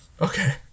Okay